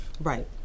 right